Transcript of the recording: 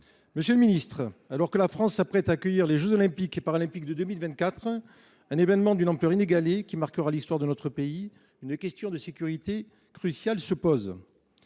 des outre mer. Alors que la France s’apprête à accueillir les jeux Olympiques et Paralympiques de 2024, un événement d’une ampleur inégalée qui marquera l’histoire de notre pays, une question de sécurité cruciale se pose.